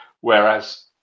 whereas